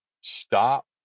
Stop